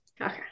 Okay